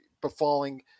befalling